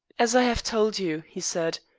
as i have told you, he said,